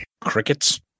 crickets